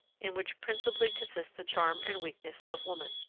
in which principally consist the charm and weakness of woman.